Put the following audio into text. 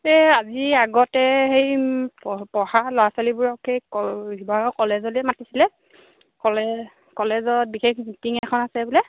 এই আজি আগতে সেই পঢ়া ল'ৰা ছোৱালীবোৰক এই শিৱাসাগৰৰ কলেজলৈ মাতিছিলে কলেজত বিশেষ মিটিং এখন আছে বোলে